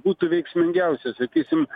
būtų veiksmingiausia sakysim